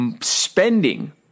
spending